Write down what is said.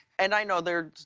and i know they're,